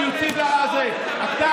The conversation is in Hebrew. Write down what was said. מס גודש זה חברתי?